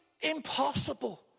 impossible